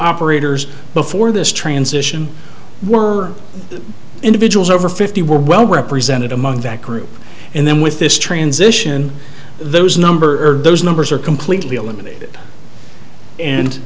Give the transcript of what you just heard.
operators before this transition were individuals over fifty were well represented among that group and then with this transition those number those numbers are completely eliminated and